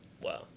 Wow